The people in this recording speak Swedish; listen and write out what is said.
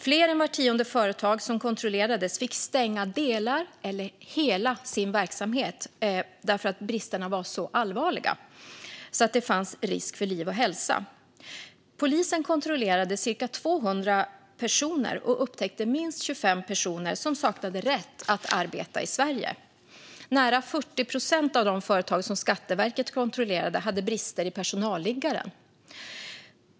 Fler än vart tionde företag som kontrollerades fick stänga delar eller hela sin verksamhet därför att bristerna var så allvarliga att det fanns risk för liv och hälsa. Polisen kontrollerade cirka 200 personer och upptäckte minst 25 personer som saknade rätt att arbeta i Sverige. Nära 40 procent av de företag som Skatteverket kontrollerade hade brister i personalliggaren.